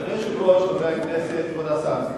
אדוני היושב-ראש, חברי הכנסת, כבוד השר,